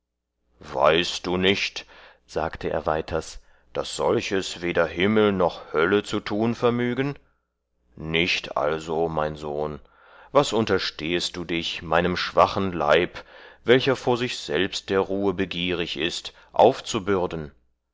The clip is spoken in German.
weißt du nicht sagte er weiters daß solches weder himmel noch hölle zu tun vermügen nicht also mein sohn was unterstehest du dich meinem schwachen leib welcher vor sich selbst der ruhe begierig ist aufzubürden